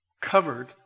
covered